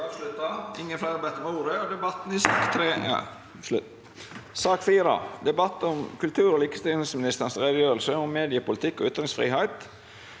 2023 Debatt om kultur- og likestillingsministeren redegjørelse om mediepolitikk og ytringsfrihet